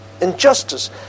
injustice